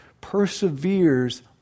perseveres